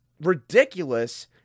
ridiculous